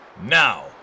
Now